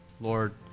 Lord